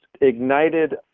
ignited